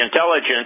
intelligence